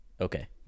okay